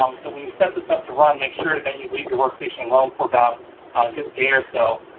um so when you set this up to run, make sure that you leave your workstation alone for about a good day or so,